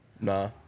Nah